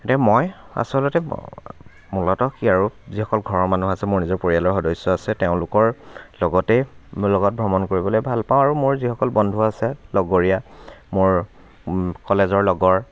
এতিয়া মই আচলতে মূলত কি আৰু যিসকল ঘৰৰ মানুহ আছে মোৰ নিজৰ পৰিয়ালৰ সদস্য আছে তেওঁলোকৰ লগতেই লগত ভ্ৰমণ কৰিবলৈ ভাল পাওঁ আৰু মোৰ যিসকল বন্ধু আছে লগৰীয়া মোৰ কলেজৰ লগৰ